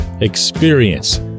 experience